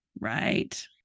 right